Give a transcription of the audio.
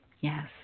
Yes